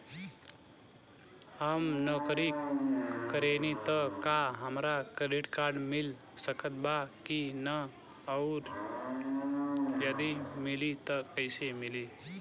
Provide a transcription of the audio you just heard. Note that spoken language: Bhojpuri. हम नौकरी करेनी त का हमरा क्रेडिट कार्ड मिल सकत बा की न और यदि मिली त कैसे मिली?